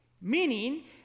Meaning